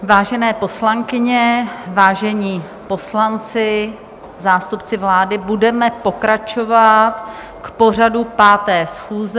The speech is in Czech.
Vážené poslankyně, vážení poslanci, zástupci vlády, budeme pokračovat v pořadu 5. schůze.